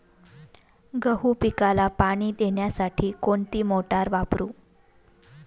गहू पिकाला पाणी देण्यासाठी कोणती मोटार वापरू?